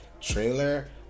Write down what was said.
trailer